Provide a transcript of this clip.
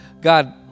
God